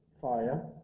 fire